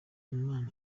imana